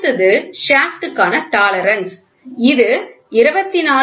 அடுத்தது ஷாப்ட் க்கான டாலரன்ஸ் இது 24